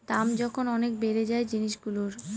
দাম যখন অনেক বেড়ে যায় জিনিসগুলোর